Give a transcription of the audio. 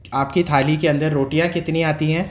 آپ کی تھالی کے اندر روٹیاں کتنی آتی ہیں